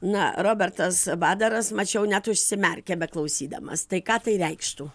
na robertas badaras mačiau net užsimerkė beklausydamas tai ką tai reikštų